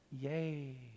Yay